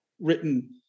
written